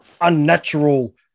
unnatural